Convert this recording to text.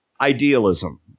idealism